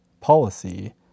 policy